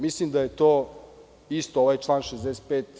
Mislim da je to isto ovaj član 65.